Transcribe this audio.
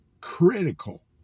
critical